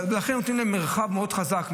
לכן נותנים להם מרחב מאוד חזק,